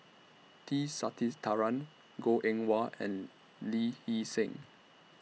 T Sasitharan Goh Eng Wah and Lee Hee Seng